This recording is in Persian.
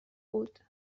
بود